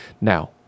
Now